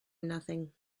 nothing